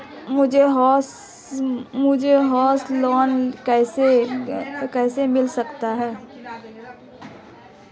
मुझे house loan कैसे मिल सकता है?